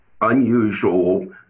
unusual